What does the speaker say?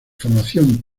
formación